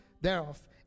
thereof